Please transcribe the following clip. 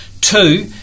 Two